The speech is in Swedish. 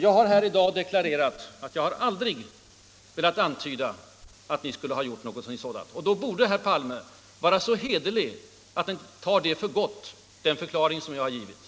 Jag har tidigare i dag deklarerat, att jag har aldrig velat ens antyda att ni skulle ha stött terrorister. Då borde herr Palme vara så hederlig att han tog min förklaring för gott.